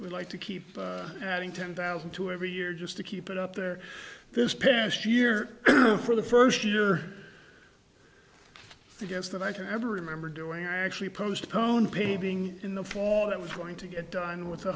would like to keep adding ten thousand to every year just to keep it up there this past year for the first year i guess that i can ever remember doing i actually postponed pay being in the form that was going to get done with the